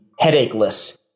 headacheless